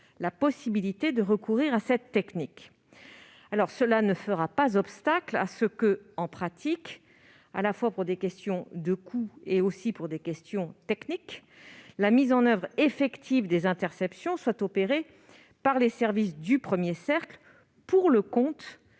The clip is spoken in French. la possibilité de recourir à cette technique. Cela ne fera pas obstacle à ce que, dans la pratique, pour des questions à la fois de coût et de technique, la mise en oeuvre effective des interceptions soit effectuée par les services du premier cercle, pour le compte